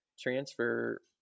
transfer